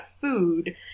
food